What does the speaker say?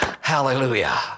Hallelujah